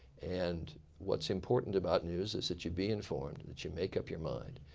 and what's important about news is that you be informed, that you make up your mind.